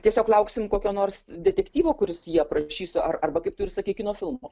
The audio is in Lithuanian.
tiesiog lauksim kokio nors detektyvo kuris jį aprašys ar arba kaip tu ir sakei kino filmo